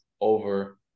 over